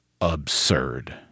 absurd